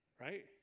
Right